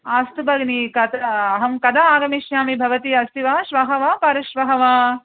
अस्तु भगिनी अहं कदा आगमिष्यामि भवति अस्ति वा श्वः वा परश्वः वा